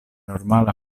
normala